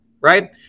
right